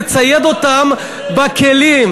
לצייד אותם בכלים.